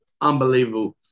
Unbelievable